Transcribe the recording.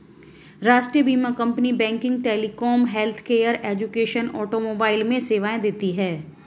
राष्ट्रीय बीमा company banking, telecom, healthcare, education, automobile में सेवाएं देती है